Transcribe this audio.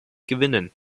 gewinnen